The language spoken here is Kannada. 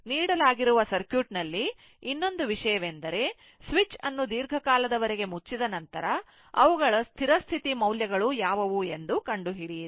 ನೀಡಲಾಗುವ ಸರ್ಕ್ಯೂಟ್ ನಲ್ಲಿ ಇನ್ನೊಂದು ವಿಷಯವೆಂದರೆ ಇನ್ನೊಂದು ವಿಷಯವೆಂದರೆ ಸ್ವಿಚ್ ಅನ್ನು ದೀರ್ಘಕಾಲದವರೆಗೆ ಮುಚ್ಚಿದ ನಂತರ ಅವುಗಳ ಸ್ಥಿರ ಸ್ಥಿತಿ ಮೌಲ್ಯಗಳು ಯಾವುವು ಎಂದು ಕಂಡುಹಿಡಿಯಿರಿ